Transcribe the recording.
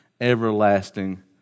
Everlasting